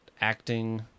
acting